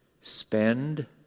spend